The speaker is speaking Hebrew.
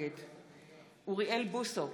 נגד אוריאל בוסו,